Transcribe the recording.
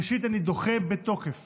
ראשית, אני דוחה בתוקף